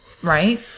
Right